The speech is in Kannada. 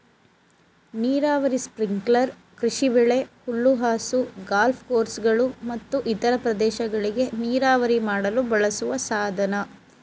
ನೀರಾವರಿ ಸ್ಪ್ರಿಂಕ್ಲರ್ ಕೃಷಿಬೆಳೆ ಹುಲ್ಲುಹಾಸು ಗಾಲ್ಫ್ ಕೋರ್ಸ್ಗಳು ಮತ್ತು ಇತರ ಪ್ರದೇಶಗಳಿಗೆ ನೀರಾವರಿ ಮಾಡಲು ಬಳಸುವ ಸಾಧನ